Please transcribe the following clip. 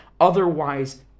otherwise